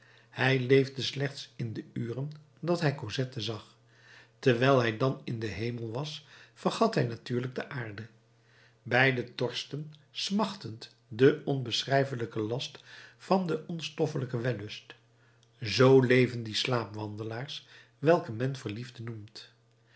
hij leefde slechts in de uren dat hij cosette zag wijl hij dan in den hemel was vergat hij natuurlijk de aarde beide torsten smachtend den onbeschrijfelijken last van den onstoffelijken wellust z leven die slaapwandelaars welke men verliefden noemt